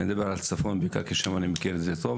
אני מדבר על הצפון בעיקר כי שם אני מכיר את זה טוב,